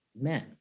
men